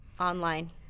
online